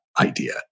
idea